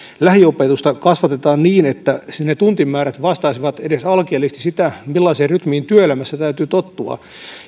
lähiopetusta kasvatetaan niin että ne tuntimäärät vastaisivat edes alkeellisesti sitä millaiseen rytmiin työelämässä täytyy tottua